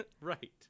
Right